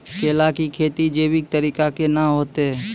केला की खेती जैविक तरीका के ना होते?